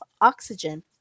oxygen